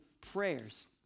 prayers